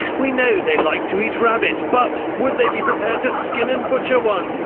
we know they like to eat rabbit but would they be prepared to skin and butcher one.